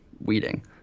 weeding